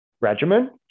regimen